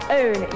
own